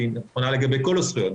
שהיא נכונה לגבי כל הזכויות.